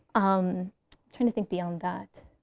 i'm trying to think beyond that.